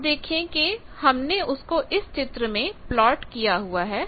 आप देखें कि हमने उसको इस चित्र में प्लॉट किया हुआ है